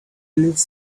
lives